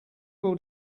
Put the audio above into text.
will